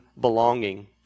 belonging